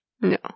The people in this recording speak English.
No